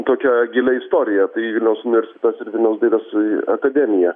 tokią gilią istoriją tai vilniaus universitetas ir vilniaus dailės akademija